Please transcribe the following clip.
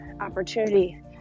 opportunity